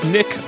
Nick